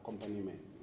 accompaniment